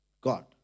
God